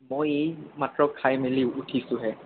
মই এইমাত্ৰ খাই মেলি উঠিছোঁহে